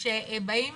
כשבאים